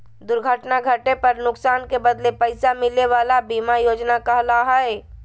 दुर्घटना घटे पर नुकसान के बदले पैसा मिले वला बीमा योजना कहला हइ